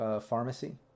pharmacy